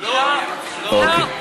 לא, לא.